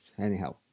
anyhow